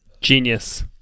Genius